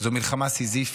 זו מלחמה סיזיפית.